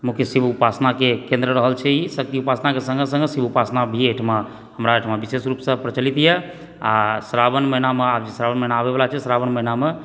मुख्य शिव उपासनाके केन्द्र रहल छै ई शक्ति उपासनाके सङ्गे सङ्गे शिव उपासना भी एहिठिमा हमरा एहिठिमा विशेष रूपसँ प्रचलितए आ श्रावण महीनामे आब जे श्रावण महीना आबय वाला छै श्रावण महीनामे